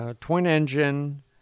twin-engine